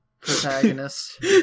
protagonist